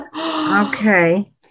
okay